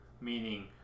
meaning